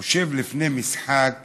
חושב לפני משחק